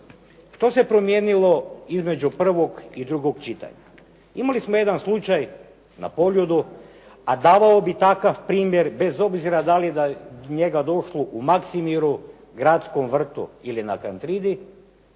Što se promijenilo između prvog i drugog čitanja? Imali smo jedan slučaj na Poljudu, a davao bi takav primjer bez obzira da li je do njega došlo u Maksimiru, Gradskom vrtu ili na Kantridi,